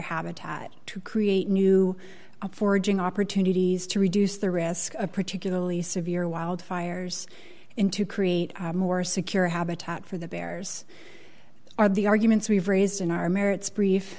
habitat to create new forging opportunities to reduce the risk of particularly severe wildfires in to create a more secure habitat for the bears are the arguments we've raised in our merits brief